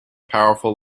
powerful